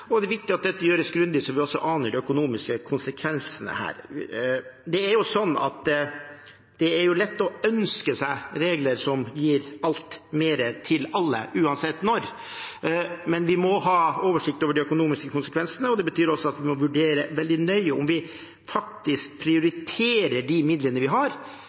og saksområdene. Det er viktig at dette gjøres grundig, så vi kan ane de økonomiske konsekvensene av dette. Det er lett å ønske seg regler som gir mer til alle, uansett når. Men vi må ha oversikt over de økonomiske konsekvensene, og det betyr at vi må vurdere veldig nøye om vi faktisk prioriterer de midlene vi har,